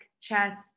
chest